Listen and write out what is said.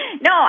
No